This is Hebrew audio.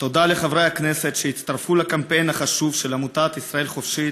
תודה לחברי הכנסת שהצטרפו לקמפיין החשוב של עמותת ישראל חופשית.